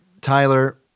Tyler